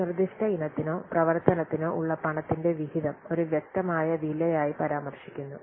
ഒരു നിർദ്ദിഷ്ട ഇനത്തിനോ പ്രവർത്തനത്തിനോ ഉള്ള പണത്തിന്റെ വിഹിതം ഒരു വ്യക്തമായ വിലയായി പരാമർശിക്കുന്നു